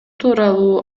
тууралуу